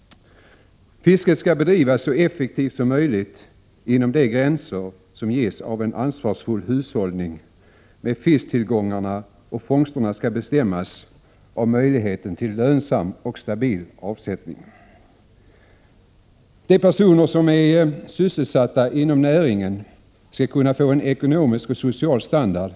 Fisket skall bedrivas så effektivt som möjligt inom de gränser som ges av en ansvarsfull hushållning med fisktillgångarna, och fångsterna skall bestämmas 14 av möjligheten till lönsam och stabil avsättning. De personer som är sysselsatta inom näringen skall kunna få en ekonomisk och social standard Prot.